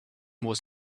was